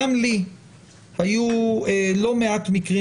גם לי היו לא מעט מקרים,